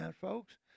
folks